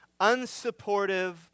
unsupportive